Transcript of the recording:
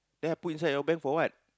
then I put inside your bed for what